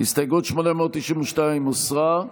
הסתייגות 892 הוסרה.